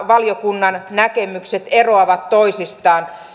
valiokunnan näkemykset eroavat toisistaan